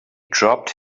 dropped